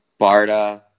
Barda